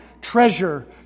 treasure